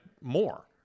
more